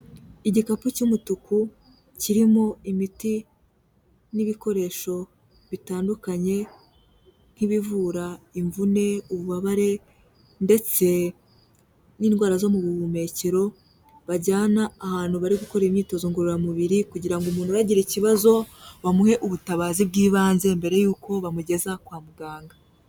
Igikapu cy'umutuku kirimo imiti n'ibikoresho bitandukanye nk'ibivura imvune, ububabare, ndetse n'indwara zo mu buhumekero, bajyana ahantu bari gukora imyitozo ngororamubiri kugira ngo umuntu uragira ikibazo, bamuhe ubutabazi bw'ibanze mbere y'uko bamugeza kwa muganga.